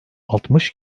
altmış